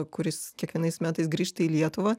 kuris kiekvienais metais grįžta į lietuvą